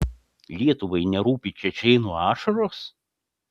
lietuvai nerūpi čečėnų ašaros